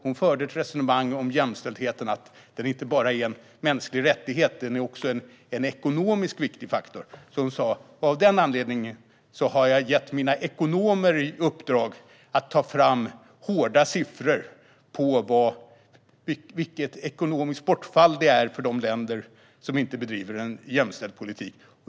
Hon förde ett resonemang om jämställdhet och menade att det inte bara är en mänsklig rättighet utan också en ekonomiskt viktig faktor. Hon sa: Av den anledningen har jag gett mina ekonomer i uppdrag att ta fram hårda siffror på hur stort ekonomiskt bortfall det innebär för länder som inte bedriver en jämställd politik.